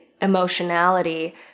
emotionality